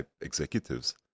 executives